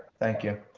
thank you.